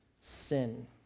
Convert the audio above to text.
sin